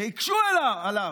והקשו עליו,